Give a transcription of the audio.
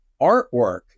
artwork